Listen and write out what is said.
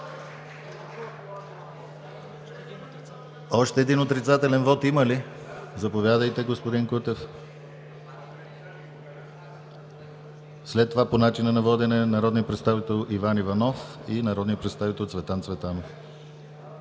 Още един отрицателен вот има ли? Заповядайте, господин Кутев. (Шум и реплики.) След това по начина на водене – народният представител Иван Иванов и народния представител Цветан Цветанов.